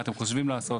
מה אתם חושבים לעשות.